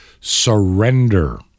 surrender